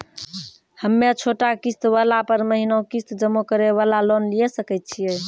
हम्मय छोटा किस्त वाला पर महीना किस्त जमा करे वाला लोन लिये सकय छियै?